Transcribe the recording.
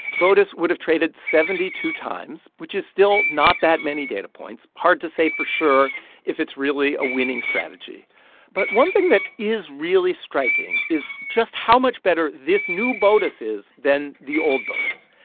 botus would've traded seventy two times, which is still not that many data points. hard to say for sure if it's really a winning strategy but one thing that is really striking is just how much better this new botus is than the old botus.